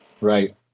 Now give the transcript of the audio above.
Right